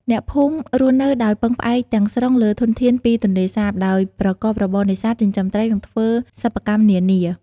អ្នកភូមិរស់នៅដោយពឹងផ្អែកទាំងស្រុងលើធនធានពីទន្លេសាប ដោយប្រកបរបរនេសាទ ចិញ្ចឹមត្រី និងធ្វើសិប្បកម្មនានា។